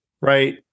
Right